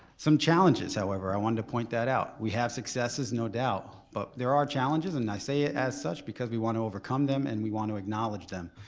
some challenges, however, i wanted to point that out. we have successes no doubt but there are challenges and i say it as such because we want to overcome them and we want to acknowledge them.